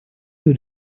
you